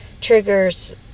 triggers